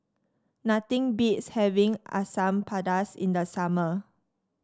nothing beats having Asam Pedas in the summer